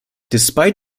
despite